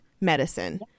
medicine